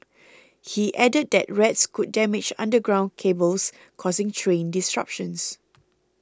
he added that rats could damage underground cables causing train disruptions